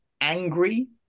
angry